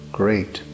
great